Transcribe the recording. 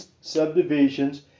subdivisions